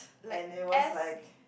and it was like